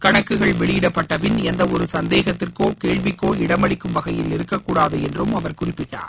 கணக்குகள் வெளியிடப்பட்டபின் எந்த ஒரு சந்தேகத்திற்கோ கேள்விக்கோ இடமளிக்கும் வகையில் இருக்கக்கூடாது என்றும் அவர் குறிப்பிட்டார்